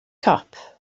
cop